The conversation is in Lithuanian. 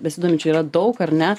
besidominčių yra daug ar ne